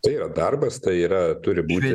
tai yra darbas tai yra turi būrį